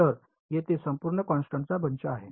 तर येथे संपूर्ण कॉन्स्टन्टचा बंच आहे